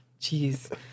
Jeez